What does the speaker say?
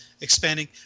expanding